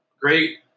great